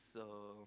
so